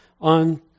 on